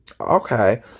Okay